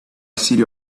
city